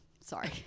Sorry